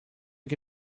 che